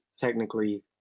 technically